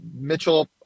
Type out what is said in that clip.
Mitchell